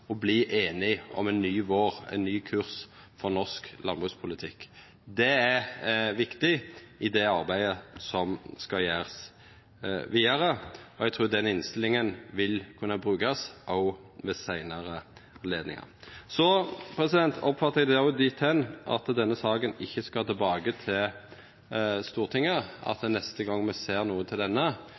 einige om: ein ny vår, ein ny kurs, for norsk landbrukspolitikk. Det er viktig i det arbeidet som skal gjerast vidare, og eg trur den innstillinga vil kunna brukast òg ved seinare anledningar. Så oppfattar eg det slik at denne saka ikkje skal tilbake til Stortinget, at neste gong me ser noko til